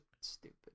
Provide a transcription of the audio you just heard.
stupid